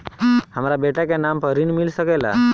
हमरा बेटा के नाम पर ऋण मिल सकेला?